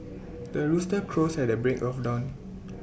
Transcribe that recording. the rooster crows at the break of dawn